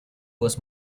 was